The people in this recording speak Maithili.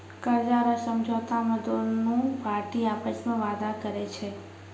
कर्जा रो समझौता मे दोनु पार्टी आपस मे वादा करै छै